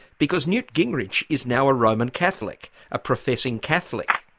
because newt gingrich is now a roman catholic, a professing catholic.